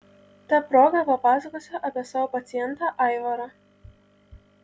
ta proga papasakosiu apie savo pacientą aivarą